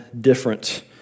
different